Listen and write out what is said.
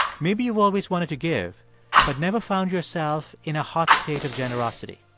maybe you've always wanted to give but never found yourself in a hot state of generosity.